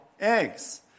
eggs